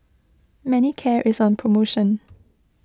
Manicare is on promotion